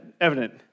evident